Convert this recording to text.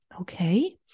Okay